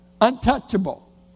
untouchable